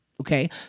okay